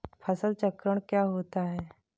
फसल चक्रण क्या होता है?